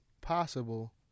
possible